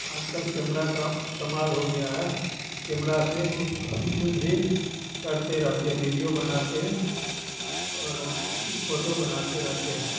आजकल कैमरा का कमाल हो गया है कैमरा से कुछ कुछ भी करते रहते हैं वीडियो बनाते हैं और फोटो बनाते रहते हैं